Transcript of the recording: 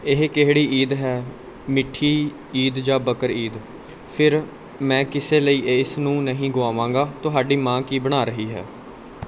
ਇਹ ਕਿਹੜੀ ਈਦ ਹੈ ਮਿੱਠੀ ਈਦ ਜਾਂ ਬਕਰ ਈਦ ਫਿਰ ਮੈਂ ਕਿਸੇ ਲਈ ਇਸ ਨੂੰ ਨਹੀਂ ਗੁਆਵਾਂਗਾ ਤੁਹਾਡੀ ਮਾਂ ਕੀ ਬਣਾ ਰਹੀ ਹੈ